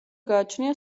გააჩნია